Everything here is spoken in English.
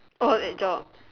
oh that job